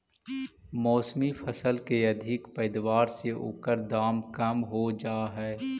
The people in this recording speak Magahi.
मौसमी फसल के अधिक पैदावार से ओकर दाम कम हो जाऽ हइ